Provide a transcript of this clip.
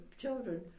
children